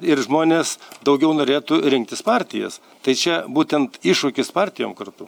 ir žmonės daugiau norėtų rinktis partijas tai čia būtent iššūkis partijom kartu